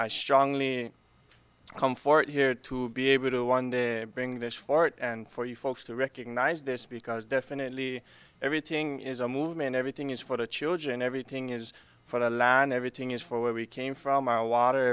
forth here to be able to one day bring this fort and for you folks to recognize this because definitely everything is a movement everything is for the children everything is for the land everything is for where we came from our water